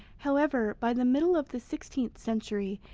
however, by the middle of the sixteenth century,